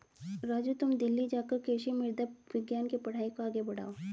राजू तुम दिल्ली जाकर कृषि मृदा विज्ञान के पढ़ाई को आगे बढ़ाओ